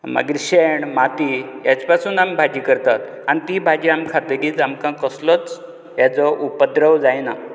मागीर शेण माती हेजे पासून आमी भाजी करतात आनी ती भाजी आमी खातकीच आमकां कसलोच हेजो उपद्रव जायना